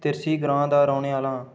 तिरछी ग्रां दा रौह्ने आह्लां